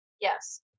Yes